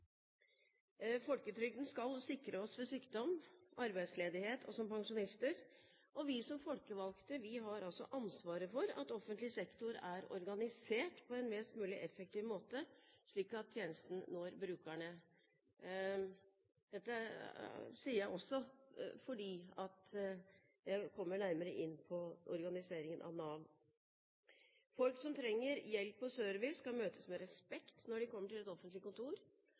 Folketrygden skal sikre oss ved sykdom og arbeidsledighet og som pensjonister, og vi som folkevalgte har ansvaret for at offentlig sektor er organisert på en mest mulig effektiv måte, slik at tjenesten når brukerne. Dette sier jeg også fordi jeg kommer nærmere inn på organiseringen av Nav. Folk som trenger hjelp og service, skal møtes med respekt når de kommer til et offentlig kontor.